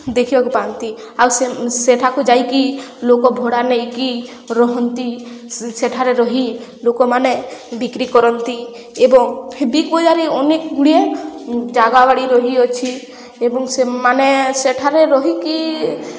ଦେଖିବାକୁ ପାଆନ୍ତି ଆଉ ସେ ସେଠାକୁ ଯାଇକି ଲୋକ ଭଡ଼ା ନେଇକି ରହନ୍ତି ସେଠାରେ ରହି ଲୋକମାନେ ବିକ୍ରି କରନ୍ତି ଏବଂ ବିଗବଜାରରେ ଅନେକ ଗୁଡ଼ିଏ ଜାଗାବାଡ଼ି ରହିଅଛି ଏବଂ ସେମାନେ ସେଠାରେ ରହିକି